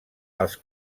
als